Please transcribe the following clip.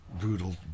brutal